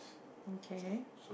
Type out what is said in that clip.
okay